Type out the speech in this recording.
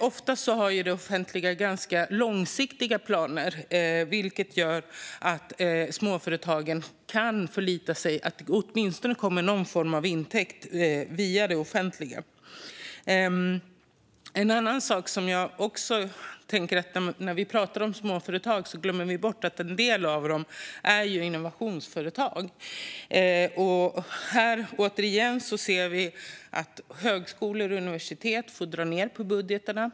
Oftast har det offentliga långsiktiga planer, vilket gör att småföretagen kan förlita sig på att det åtminstone kommer någon form av intäkt via det offentliga. När vi pratar om småföretag glömmer vi bort att en del av dem är innovationsföretag. Återigen ser vi att högskolor och universitet får dra ned på budgetarna.